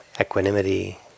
equanimity